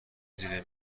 زیر